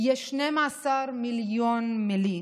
יש 12,000,000 מילים.